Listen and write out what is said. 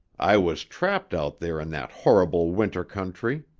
i was trapped out there in that horrible winter country.